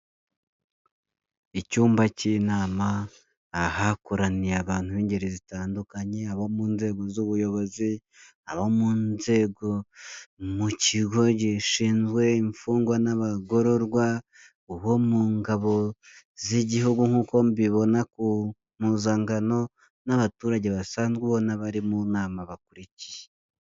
Icyumba cy'inama, ahakoraniye abantu b'ingeri zitandukanye: abo mu nzego z'ubuyobozi, abo mu nzego mu kigo gishinzwe imfungwa n'abagororwa, abo mu ngabo z'Igihugu nk'uko mbibona ku mpuzankano n'abaturage basanzwe ubona bari mu nama bakurikiye.